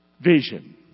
vision